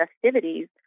festivities